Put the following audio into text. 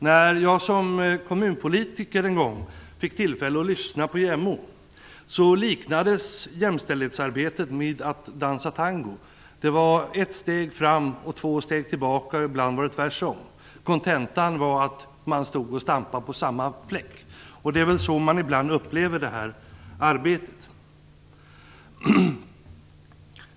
När jag som kommunpolitiker en gång fick tillfälle att lyssna på JämO liknades jämställdhetsarbetet vid att dansa tango. Det var ett steg framåt och två tillbaka, och ibland var det tvärtom. Kontentan var att man stod och stampade på samma fläck. Det är så man ibland upplever det här arbetet.